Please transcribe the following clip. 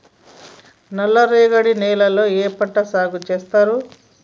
నల్లరేగడి నేలల్లో ఏ పంట సాగు చేస్తారు?